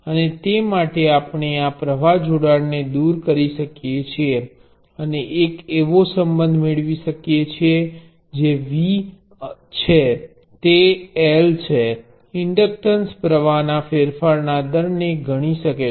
અને તે માટે આપણે આ પ્રવાહ જોડાણને દૂર કરી શકીએ છીએ અને એક એવો સંબંધ મેળવી શકીએ છીએ જે V છે તે L છે ઇન્ડક્ટન્ટન્સ પ્ર્વાહ ના ફેરફારના દરને ગણી શકે છે